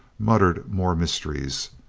muttered more mysteries.